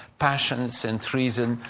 passions and reason,